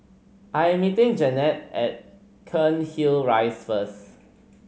I am meeting Janet at Cairnhill Rise first